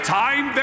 time